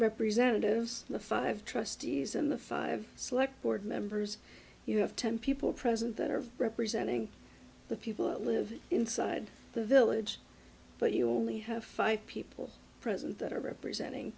representatives the five trustees and the five select board members you have ten people present that are representing the people who live inside the village but you only have five people present that are representing